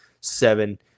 seven